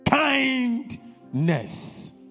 Kindness